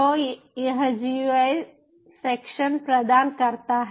तो यह GUI section प्रदान करता है